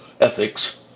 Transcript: ethics